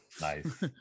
nice